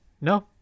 No